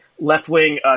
left-wing